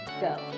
go